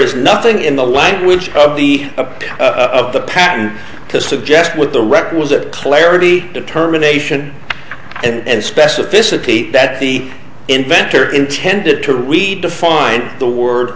is nothing in the language of the a of the patent to suggest with the requisite clarity determination and specificity that the inventor intended to redefine the word